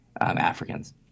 Africans